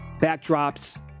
backdrops